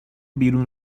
بیرون